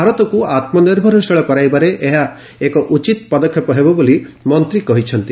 ଭାରତକୁ ଆତ୍ମନିର୍ଭରଶୀଳ କରାଇବାରେ ଏହା ଏକ ଉଚିତ୍ ପଦକ୍ଷେପ ହେବ ବୋଲି ମନ୍ତ୍ରୀ କହିଛନ୍ତି